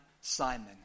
Simon